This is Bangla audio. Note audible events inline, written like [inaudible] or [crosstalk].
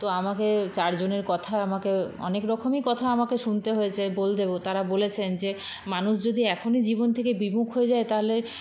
তো আমাকে চারজনের কথায় আমাকে অনেকরকমই কথা আমাকে শুনতে হয়েছে [unintelligible] তারা বলেছেন যে মানুষ যদি এখনই জীবন থেকে বিমুখ হয়ে যায় তাহলে